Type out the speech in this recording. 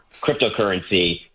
cryptocurrency